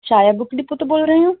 ਛਾਇਆ book depot ਤੋਂ ਬੋਲ ਰਹੇ ਹੋ